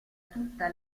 tutta